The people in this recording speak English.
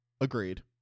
Agreed